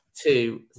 two